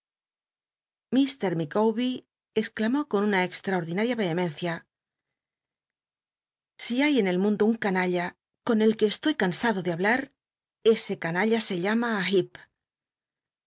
llicawber exclamó con una ex traordinaria y ehemencia si hay en el mundo un canalla con el que estoy cansado de hablar ese canalla se llama